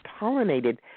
pollinated